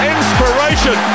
Inspiration